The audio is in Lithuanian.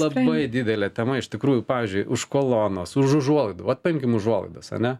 labai didelė tema iš tikrųjų pavyzdžiui už kolonos už užuolaidų vat paimkim užuolaidas ane